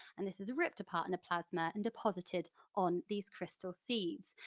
and this is ripped apart in a plasma and deposited on these crystal seeds.